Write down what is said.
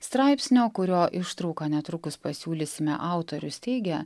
straipsnio kurio ištrauką netrukus pasiūlysime autorius teigia